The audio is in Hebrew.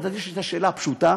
את יודעת, השאלה הפשוטה: